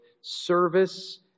service